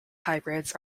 hybrids